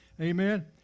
Amen